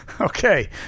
Okay